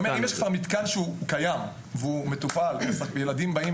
אם יש מתקן קיים שהוא מטופל וילדים באים